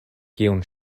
kiun